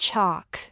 Chalk